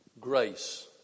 grace